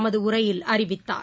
தமதுஉரையில் அறிவித்தார்